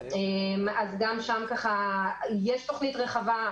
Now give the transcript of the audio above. יש תוכנית רחבה.